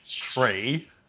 Three